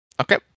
Okay